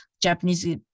Japanese